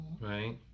Right